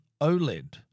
OLED